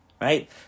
Right